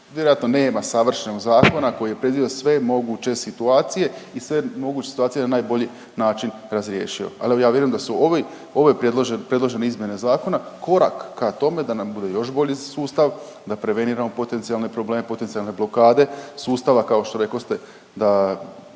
Vjerojatno nema savršenog zakona koji je predvidio sve moguće situacije i sve moguće situacije na najbolji način razriješio. Ali ja vjerujem da su ove predložene izmjene zakona korak ka tome da nam bude još bolji sustav, da preveniramo potencijalne probleme, potencijalne blokade sustava kao što rekoste da